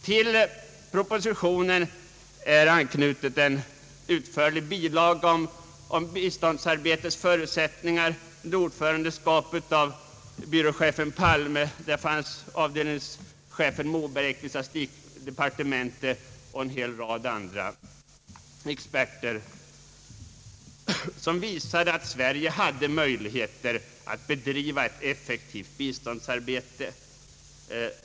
Till propositionen var anknuten en utförlig bilaga om biståndsarbetets förutsättningar, utarbetad under ordförandeskap av byråchefen Palme. Vidare medverkade avdelningschefen Moberg i ecklesiastikdepartementet och en hel rad andra experter. I den bilagan påvisades att Sverige hade möjligheter att bedriva ett effektivt biståndsarbete.